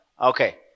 Okay